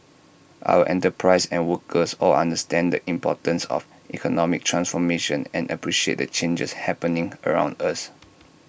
our enterprises and workers all understand the importance of economic transformation and appreciate the changes happening around us